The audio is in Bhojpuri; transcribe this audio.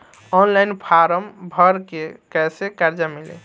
ऑनलाइन फ़ारम् भर के कैसे कर्जा मिली?